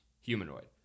humanoid